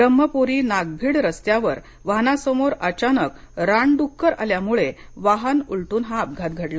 ब्रह्मप्री नागभीड रस्त्यावर वाहनासमोर अचानक रानडुक्कर आल्यामुळे वाहन उलटून हा अपघात घडला